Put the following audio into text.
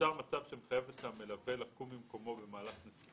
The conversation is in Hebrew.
נוצר מצב שמחייב את המלווה לקום ממקומו במהלך הנסיעה,